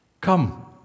Come